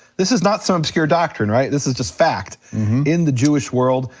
this is not some obscure doctrine, right, this is just fact in the jewish world,